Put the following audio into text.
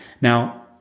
Now